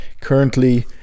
Currently